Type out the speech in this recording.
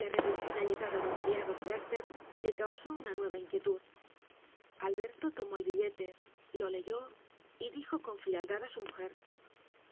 la repentina llegada del criado de werlher le causó una nueva inquietud alberto tomó el billete lo leyó y dijo con frialdad á su mujer